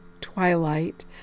twilight